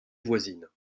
voisine